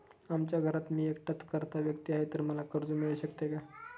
आमच्या घरात मी एकटाच कर्ता व्यक्ती आहे, तर मला कर्ज मिळू शकते का?